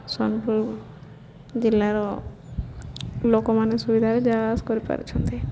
ସୋନପୁର ଜିଲ୍ଲାର ଲୋକମାନେ ସୁବିଧାରେ ଯାଆଆସ କରିପାରୁଛନ୍ତି